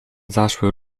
zaszły